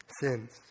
sins